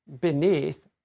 beneath